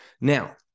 Now